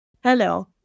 Hello